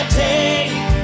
take